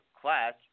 class